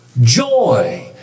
Joy